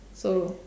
so